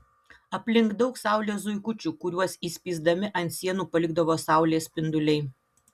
aplink daug saulės zuikučių kuriuos įspįsdami ant sienų palikdavo saulės spinduliai